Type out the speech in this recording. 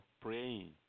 praying